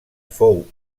fou